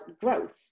growth